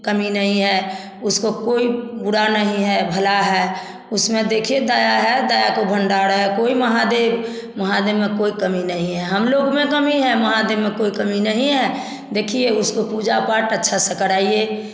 कमी नहीं है उसको कोई बुराई नहीं है भला है उसमें देखिए दया है दया को भंडार है कोई महादेव महादेव में कोई कमी नहीं है हम लोग में कमी है महादेव में कोई कमी नहीं है देखिए उसको पूजा पाठ अच्छा से कराएं